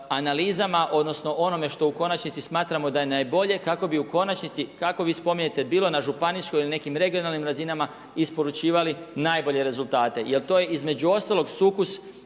analizama odnosno onome što u konačnici smatramo da je najbolje kako bi u konačnici kako vi spominjete bilo na županijskoj ili nekim regionalnim razinama isporučivali najbolje rezultate. Jer to je između ostalog sukus